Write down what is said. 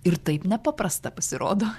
ir taip nepaprasta pasirodo